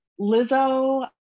Lizzo